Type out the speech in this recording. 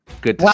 Good